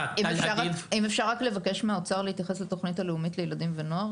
אם אפשר רק לבקש מהאוצר להתייחס לתוכנית הלאומית לילדים ונוער